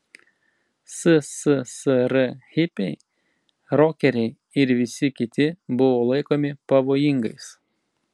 sssr hipiai rokeriai ir visi kiti buvo laikomi pavojingais